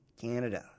Canada